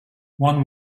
one